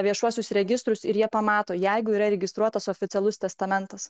viešuosius registrus ir jie pamato jeigu yra registruotas oficialus testamentas